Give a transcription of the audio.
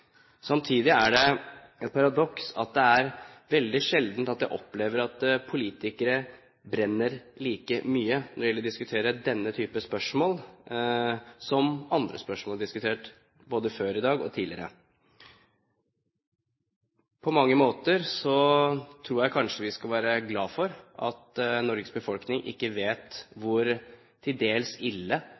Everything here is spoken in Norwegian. Samtidig er det et paradoks at det er veldig sjelden at jeg opplever at politikere brenner like mye når det gjelder å diskutere denne type spørsmål, som andre spørsmål vi har diskutert både før i dag og tidligere. På mange måter tror jeg kanskje vi skal være glad for at Norges befolkning ikke vet hvor til dels ille